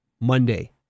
Monday